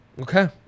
Okay